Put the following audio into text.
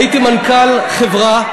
הייתי מנכ"ל חברה.